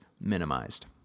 minimized